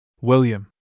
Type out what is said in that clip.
William